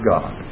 God